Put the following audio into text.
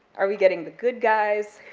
are we getting the good guys,